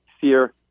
fear